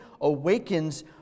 awakens